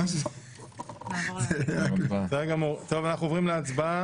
אנחנו עוברים להצבעה